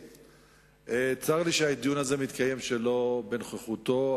צר לי שהדיון הזה מתקיים שלא בנוכחותו,